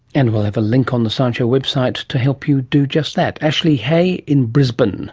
and we'll have a link on the science show website to help you do just that. ashley hay in brisbane